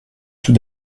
tout